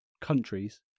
countries